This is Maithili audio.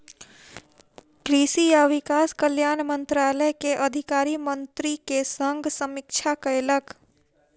कृषि आ किसान कल्याण मंत्रालय के अधिकारी मंत्री के संग समीक्षा कयलक